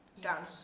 down